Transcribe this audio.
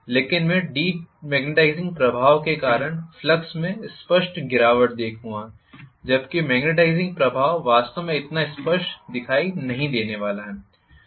लेकिन मैं डिमेग्नेटाइजिंग प्रभाव के कारण फ्लक्स में स्पष्ट गिरावट देखूंगा जबकि मैग्नेटाइजिंग प्रभाव वास्तव में इतना स्पष्ट दिखाई देने वाला नहीं है